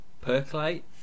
percolate